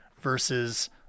versus